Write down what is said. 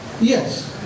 Yes